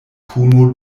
puno